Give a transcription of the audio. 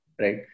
Right